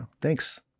Thanks